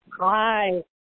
Hi